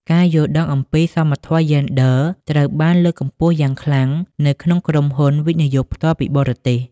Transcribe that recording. ការយល់ដឹងអំពី "សមធម៌យេនឌ័រ" ត្រូវបានលើកកម្ពស់យ៉ាងខ្លាំងនៅក្នុងក្រុមហ៊ុន វិនិយោគផ្ទាល់ពីបរទេស។